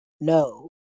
No